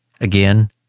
Again